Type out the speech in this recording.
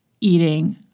eating